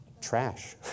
Trash